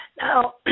Now